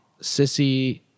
Sissy